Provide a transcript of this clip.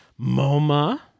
MoMA